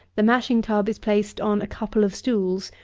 the mashing-tub is placed on a couple of stools,